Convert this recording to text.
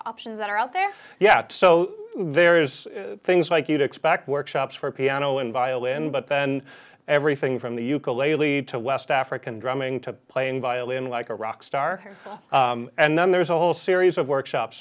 options that are out there yet so there's things like you'd expect workshops for piano and violin but then everything from the ukulele to west african drumming to playing violin like a rock star and then there's a whole series of workshops